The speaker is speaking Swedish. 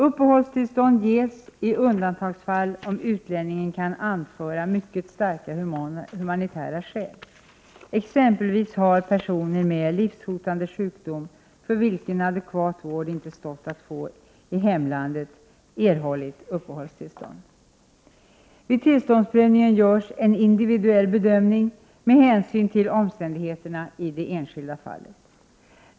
Uppe hållstillstånd ges i undantagsfall om utlänningen kan anföra mycket starka humanitära skäl. Exempelvis har personer med livshotande sjukdom för vilken adekvat vård inte stått att få i hemlandet erhållit uppehållstillstånd. Vid tillståndsprövningen görs en individuell bedömning med hänsyn till omständigheterna i det enskilda fallet.